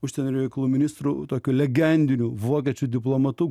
užsienio reikalų ministru tokiu legendiniu vokiečių diplomatu